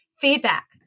feedback